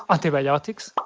antibiotics,